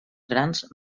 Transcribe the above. grans